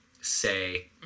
say